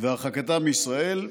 והרחקתם מישראל.